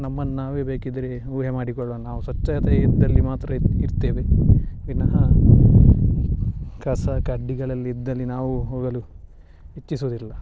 ನಮ್ಮನ್ನು ನಾವೇ ಬೇಕಿದ್ದರೆ ಊಹೆ ಮಾಡಿಕೊಳ್ಳುವ ನಾವು ಸ್ವಚ್ಛತೆ ಇದ್ದಲ್ಲಿ ಮಾತ್ರ ಇರ್ತೇವೆ ವಿನಹ ಕಸ ಕಡ್ಡಿಗಳಲ್ಲಿ ಇದ್ದಲ್ಲಿ ನಾವು ಹೋಗಲು ಇಚ್ಛಿಸುವುದಿಲ್ಲ